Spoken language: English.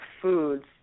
foods